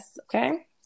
Okay